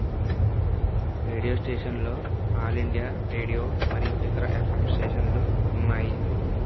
radio స్టేషన్లో all India radio మరియు ఇతర ఎఫ్ఎమ్ స్టేషన్లు ఉన్నాయి